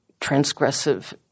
transgressive